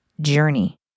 journey